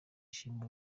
ishima